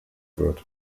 wird